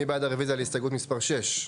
מי בעד רביזיה להסתייגות מספר 10?